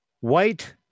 White